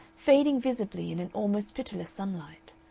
fading visibly in an almost pitiless sunlight.